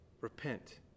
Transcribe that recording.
repent